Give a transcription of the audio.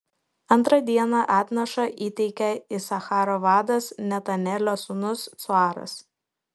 antrą dieną atnašą įteikė isacharo vadas netanelio sūnus cuaras